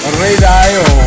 radio